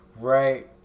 right